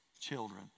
children